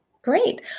Great